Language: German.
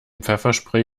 pfefferspray